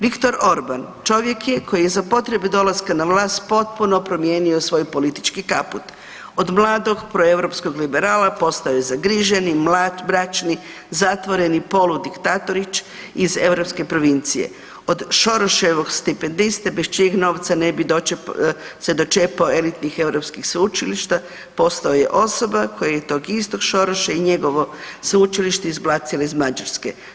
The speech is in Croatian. Viktor Orban čovjek je koji je za potrebe dolaska na vlast potpuno promijenio svoj politički kaput, od mladog proeuropskog liberala postao je zagriženi mlad, mračni zatvoreni poludiktatorić iz europske provincije, od Šoroševog stipendiste bez čijeg novca ne bi se dočepao elitnih europskih sveučilišta postao je osoba koji je tog istog Šoroša i njegovo sveučilište izbacilo iz Mađarske.